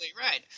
right